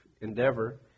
endeavor